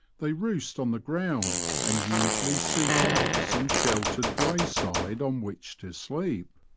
they roost on the ground, and usually seek out some sheltered brae-side on which to sleep.